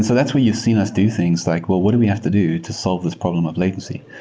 so that's where you've seen us do things like, well, what do we have to do to solve this problem of latency?